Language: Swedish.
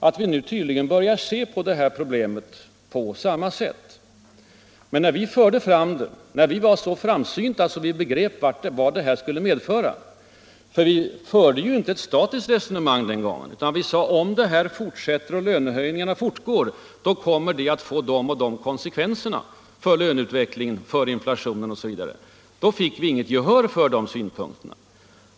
Vi börjar tydligen se på problemet på samma sätt. Men när vi förde fram det, när vi var så framsynta att vi begrep vart progressiviteten skulle leda — vi förde ju inte ett statiskt resonemang den gången utan sade att om detta fortsätter och om lönehöjningarna fortgår, kommer det att få de och de konsekvenserna för löneutvecklingen, för inflationen osv. — då fick vi inget gehör för våra synpunkter.